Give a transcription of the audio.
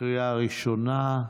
בקריאה ראשונה.